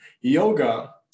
yoga